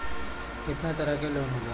केतना तरह के लोन होला?